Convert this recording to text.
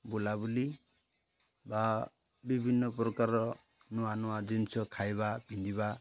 ବୁଲାବୁଲି ବା ବିଭିନ୍ନ ପ୍ରକାରର ନୂଆ ନୂଆ ଜିନିଷ ଖାଇବା ପିନ୍ଧିବା